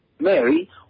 Mary